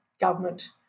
government